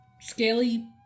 scaly